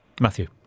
Matthew